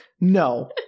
No